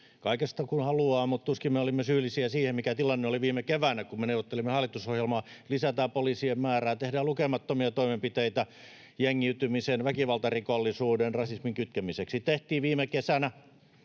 kaikesta, kun haluaa, mutta tuskin me olimme syyllisiä siihen, mikä tilanne oli viime keväänä, kun me neuvottelimme hallitusohjelmaa. Lisätään poliisien määrää, tehdään lukemattomia toimenpiteitä jengiytymisen, väkivaltarikollisuuden, rasismin kitkemiseksi. Tehtiin viime kesänä